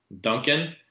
Duncan